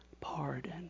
Pardon